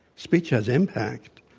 speech has impact.